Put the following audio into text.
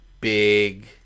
big